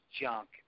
junk